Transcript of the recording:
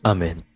Amen